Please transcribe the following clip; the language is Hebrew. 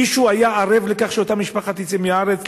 מישהו היה ערב לכך שאותה משפחה תצא מהארץ?